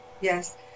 Yes